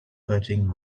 hurting